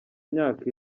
imyaka